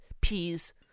Peas